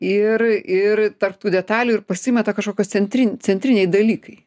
ir ir tarp tų detalių ir pasimeta kažkokios centrin centriniai dalykai